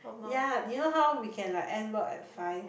yea you know how we can like end work at five